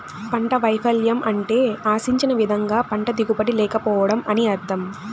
పంట వైపల్యం అంటే ఆశించిన విధంగా పంట దిగుబడి లేకపోవడం అని అర్థం